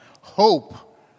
Hope